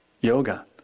yoga